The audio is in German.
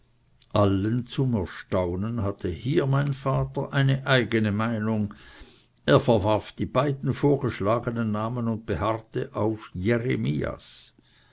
allen zum erstaunen hatte hier mein vater eine eigne meinung er verwarf die beiden vorgeschlagenen namen und beharrte auf jeremias